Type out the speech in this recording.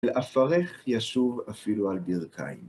לאפרך ישןב אפילו על ברכיים.